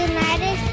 United